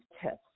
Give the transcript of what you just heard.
tests